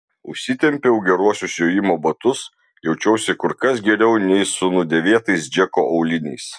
užsitempiau geruosius jojimo batus jaučiausi kur kas geriau nei su nudėvėtais džeko auliniais